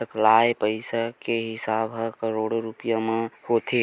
सकलाय पइसा के हिसाब ह करोड़ो रूपिया म होथे